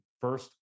first